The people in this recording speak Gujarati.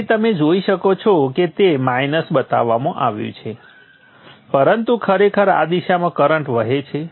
તેથી તમે જોઇ શકો છો કે તે માઇનસ બતાવવામાં આવ્યું છે પરંતુ ખરેખર આ દિશામાં કરંટ વહે છે